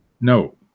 No